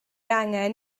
angen